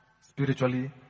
Spiritually